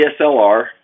DSLR